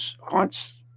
haunts